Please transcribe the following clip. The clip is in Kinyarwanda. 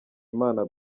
imana